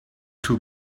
too